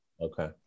okay